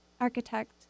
architect